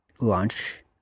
launch